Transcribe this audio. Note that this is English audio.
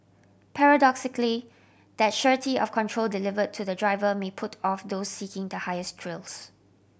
paradoxically that surety of control delivered to the driver may put off those seeking highest thrills